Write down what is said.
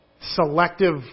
selective